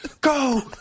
Go